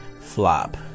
flop